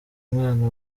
umwana